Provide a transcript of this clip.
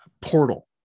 portal